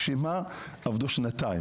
בשביל מה עבדו שנתיים?